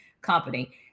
company